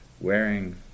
wearing